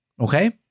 Okay